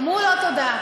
אמרו: לא, תודה.